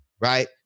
right